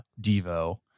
devo